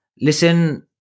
listen